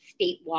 statewide